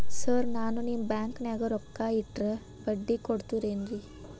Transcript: Sir ನಾನು ನಿಮ್ಮ ಬ್ಯಾಂಕನಾಗ ರೊಕ್ಕ ಇಟ್ಟರ ಬಡ್ಡಿ ಕೊಡತೇರೇನ್ರಿ?